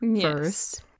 first